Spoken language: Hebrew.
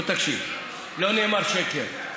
אתה לא שומע, לא נאמר שקר.